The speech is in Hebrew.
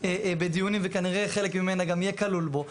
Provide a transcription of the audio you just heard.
בדיונים וכנראה חלק ממנה גם יהיה כלול בו,